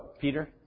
Peter